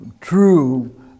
true